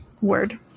word